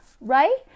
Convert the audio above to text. right